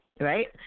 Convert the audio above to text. right